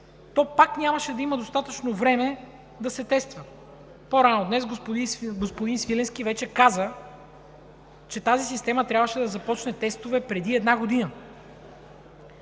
то пак нямаше да има достатъчно време да се тества. По-рано днес господин Свиленски вече каза, че тази система трябваше да започне тестове преди една година.